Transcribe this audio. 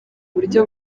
buryo